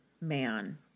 man